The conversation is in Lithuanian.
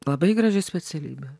labai graži specialybė